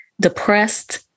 depressed